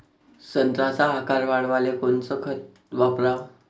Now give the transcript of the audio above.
संत्र्याचा आकार वाढवाले कोणतं खत वापराव?